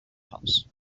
house